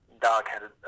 dog-headed